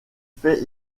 fait